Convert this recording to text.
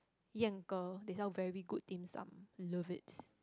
Yan-Ge they sell very good dimsum love it